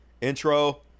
intro